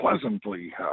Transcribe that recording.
pleasantly